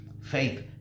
Faith